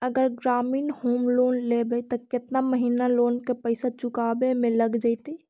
अगर ग्रामीण home loan लेबै त केतना महिना लोन के पैसा चुकावे में लग जैतै?